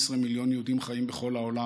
18 מיליון יהודים חיים בכל העולם,